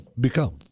become